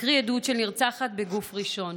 אקריא עדות של נרצחת בגוף ראשון: